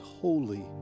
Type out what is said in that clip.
holy